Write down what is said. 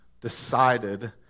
decided